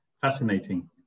Fascinating